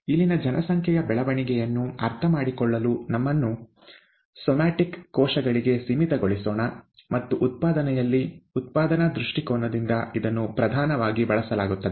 ಇಲ್ಲಿನ ಜನಸಂಖ್ಯೆಯ ಬೆಳವಣಿಗೆಯನ್ನು ಅರ್ಥಮಾಡಿಕೊಳ್ಳಲು ನಮ್ಮನ್ನು ಸೊಮ್ಯಾಟಿಕ್ ಕೋಶಗಳಿಗೆ ಸೀಮಿತಗೊಳಿಸೋಣ ಮತ್ತು ಉತ್ಪಾದನೆಯಲ್ಲಿ ಉತ್ಪಾದನಾ ದೃಷ್ಟಿಕೋನದಿಂದ ಇದನ್ನು ಪ್ರಧಾನವಾಗಿ ಬಳಸಲಾಗುತ್ತದೆ